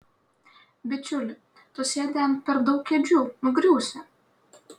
bičiuli tu sėdi ant per daug kėdžių nugriūsi